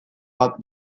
bat